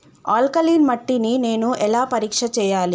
Alkaline మట్టి ని నేను ఎలా పరీక్ష చేయాలి?